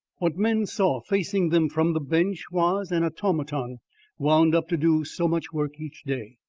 what men saw facing them from the bench was an automaton wound up to do so much work each day.